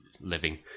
living